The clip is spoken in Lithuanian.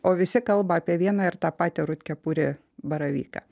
o visi kalba apie vieną ir tą patį rudkepurį baravyką